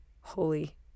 Holy